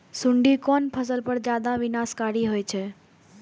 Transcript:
सुंडी कोन फसल पर ज्यादा विनाशकारी होई छै?